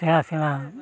ᱥᱮᱬᱟ ᱥᱮᱬᱟ